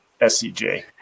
SCJ